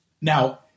Now